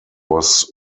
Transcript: was